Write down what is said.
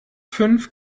fünf